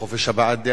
וחופש הבעת דעה,